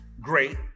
great